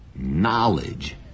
Knowledge